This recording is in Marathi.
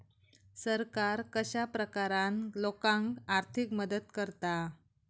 सरकार कश्या प्रकारान लोकांक आर्थिक मदत करता?